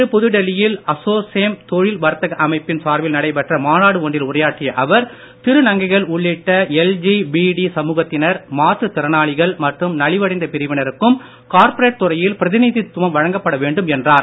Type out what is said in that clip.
இன்று புதுடெல்லியில் அசோசேம் தொழில் வர்த்தக அமைப்பின் சார்பில் நடைபெற்ற மாநாடு ஒன்றில் உரையாற்றிய அவர் திருநங்கைகள் உள்ளிட்ட எல் ஜி பி டி சமூகத்தினர் மாற்று திறனாளிகள் மற்றும் நலிவடைந்த பிரிவினருக்கும் கார்ப்பரேட் துறையில் பிரதிநிதித்துவம் வழங்கப்பட வேண்டும் என்றார்